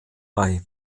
bei